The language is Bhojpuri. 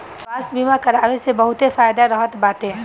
स्वास्थ्य बीमा करवाए से बहुते फायदा रहत बाटे